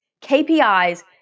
KPIs